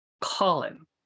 Colin